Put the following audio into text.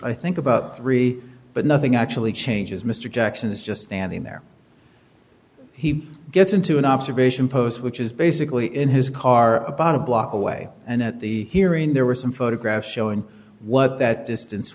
i think about three but nothing actually changes mr jackson is just standing there he gets into an observation post which is basically in his car about a block away and at the hearing there were some photographs showing what that distance